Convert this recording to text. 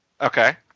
Okay